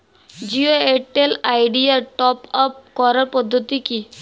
Jio Airtel Idea top up করার পদ্ধতি কি?